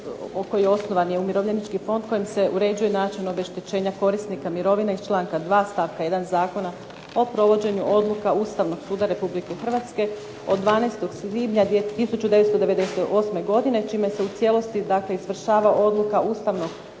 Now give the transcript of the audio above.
fondu osnovan je Umirovljenički fond kojim se uređuje način obeštećenja korisnika mirovine iz članka 2. stavka 1. Zakona o provođenju odluka Ustavnog suda Republike Hrvatske od 12. svibnja 1998. godine čime se u cijelosti izvršava odluka Ustavnog suda